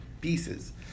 pieces